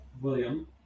William